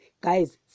guys